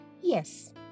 Yes